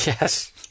Yes